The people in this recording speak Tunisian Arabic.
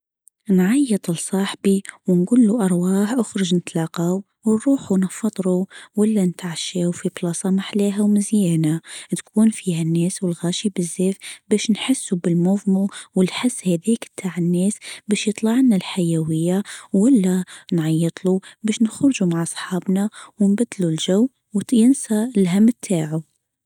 نعيط لصاحبي ونجول له ارواح اخرج نتلاقاو ونروحو نفطرو ولا نتعشاو في بلاصة ما احلاها ومزيانه تكون فيها الناس الغاشي بزاف بش نحسو بالموفمو و نحس هاديك تع الناس بش يطلع لنا الحيوية ولا نعيطلو نخرجو مع صحابنا ونبدلو الجو وتنسا الهم تاعو.